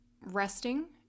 resting